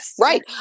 Right